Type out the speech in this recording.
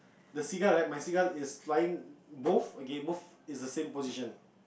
the seagull right my seagull is flying both okay both is the same position